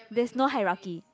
there's no hierarchy